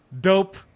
dope